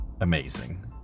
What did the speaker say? amazing